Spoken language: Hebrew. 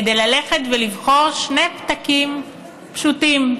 כדי ללכת ולבחור בשני פתקים פשוטים: